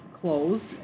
closed